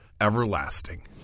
everlasting